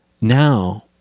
now